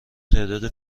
تعدادی